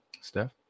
Steph